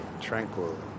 tranquil